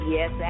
Yes